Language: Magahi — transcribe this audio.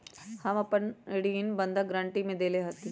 अपन घर हम ऋण बंधक गरान्टी में देले हती